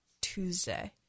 Tuesday